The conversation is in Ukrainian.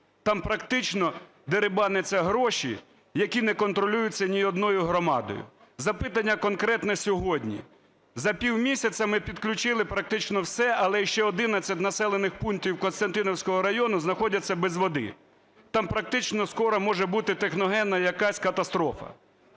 Там практично дерибаняться гроші, які не контролюються ні одною громадою. Запитання конкретне сьогодні. За півмісяця ми підключили практично все, але ще 11 населених пунктів Костянтинівського району знаходяться без води, там практично скоро може бути техногенна якась катастрофа.